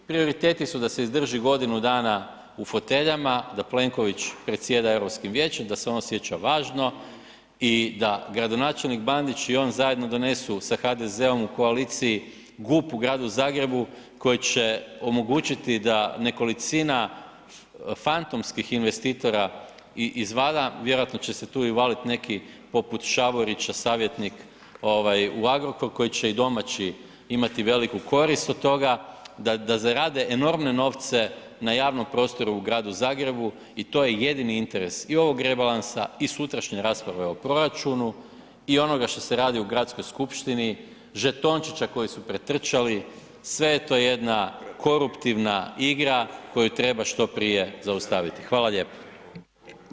Prioriteti su da se izdrži godinu dana u foteljama, da Plenković predsjeda Europskim vijećem, da se on osjeća važno i da gradonačelnik Bandić i on zajedno donesu sa HDZ-om u koaliciji GUP u gradu Zagrebu koji će omogućiti da nekolicina fantomskih investitora i izvana, vjerojatno će se tu i uvaliti neki poput Šavorića savjetnik u Agrokoru koji će i domaći imati veliku korist oko toga da zarade enormne novce na javnom prostoru u gradu Zagrebu i to je jedini interes i ovog rebalansa i sutrašnje rasprave o proračunu i onoga što se radi u gradskoj skupštini, žetončića koji su pretrčali, sve je to jedna koruptivna igra koju treba što prije zaustaviti.